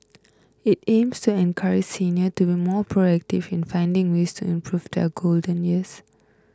it aims to encourage senior to be more proactive in finding ways to improve their golden years